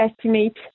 estimate